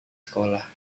sekolah